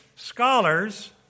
Scholars